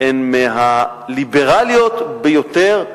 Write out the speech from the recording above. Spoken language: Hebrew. הן מהליברליות ביותר,